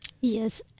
Yes